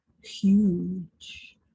huge